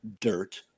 dirt